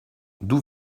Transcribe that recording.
d’où